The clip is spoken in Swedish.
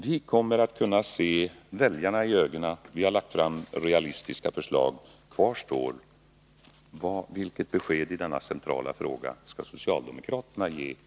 Vi kommer att kunna se väljarna i ögonen. Vi har lagt fram realistiska förslag. Kvar står frågan: Vilket besked i denna centrala fråga skall socialdemokraterna ge väljarna?